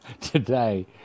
today